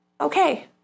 okay